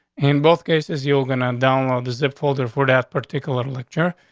in both cases, you're gonna download the zip folder for that particular lecture.